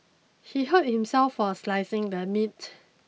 he hurt himself while slicing the meat